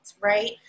right